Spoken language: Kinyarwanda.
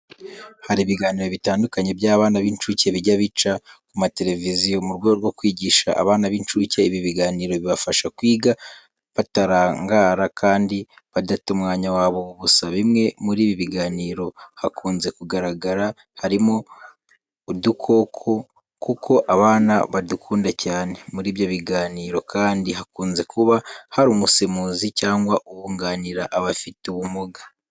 Hari ibiganiro bitandukanye by'abana b'incuke bijya bica ku mateleviziyo, mu rwego rwo kwigisha abana b'incuke. Ibi biganiro bibafasha kwiga batarangara kandi badata umwanya wabo w'ubusa. Bimwe muri ibi biganiro hakunze kugaragara, harimo udukoko kuko abana badukunda cyane. Muri ibyo biganiro kandi hakunze kuba hari umusemuzi cyangwa uwunganira abafite ubumuga.